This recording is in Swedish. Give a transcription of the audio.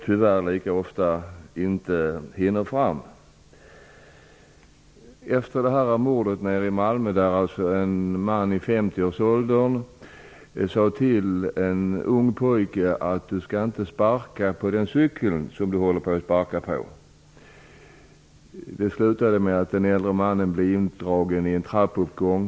Tyvärr hinner polisen ofta heller inte fram. Mordet i Malmö gäller en man i 50-årsåldern som sade till en ung pojke att han inte skulle sparka på den cykel som pojken gett sig på. Det slutade med att den äldre mannen drogs in i en trappuppgång.